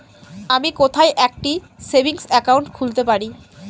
আমি কোথায় একটি সেভিংস অ্যাকাউন্ট খুলতে পারি?